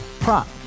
Prop